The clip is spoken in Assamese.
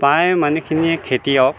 প্ৰায় মানুহখিনিয়ে খেতিয়ক